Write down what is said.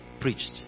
preached